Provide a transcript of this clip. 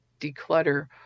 declutter